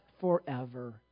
forever